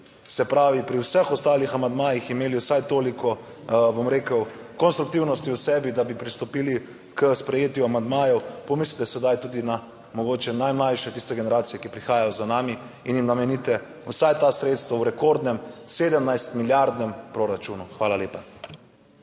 se pravi, pri vseh ostalih amandmajih imeli vsaj toliko, bom rekel, konstruktivnosti v sebi, da bi pristopili k sprejetju amandmajev, pomislite sedaj tudi na mogoče najmlajše, tiste generacije, ki prihajajo za nami in jim namenite vsaj ta sredstva v rekordnem 17 milijardnem proračunu. Hvala lepa.